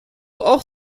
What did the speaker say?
auch